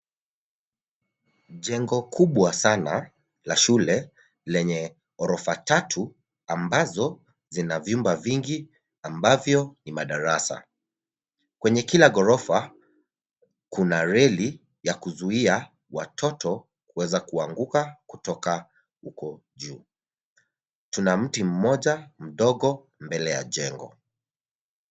Jengo kubwa sana la shule, lenye ghorofa tatu ambazo zina vyumba vingi ambavyo ni madarasa. Kwenye kila ghorofa kuna reli ya kuzuia watoto kuweza kuanguka kutoka uko juu. Tuna mti mmoja mdogo mbele ya jengo.